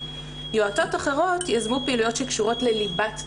יועצות אחרות יזמו פעילויות שקשורות לליבת תפקידן,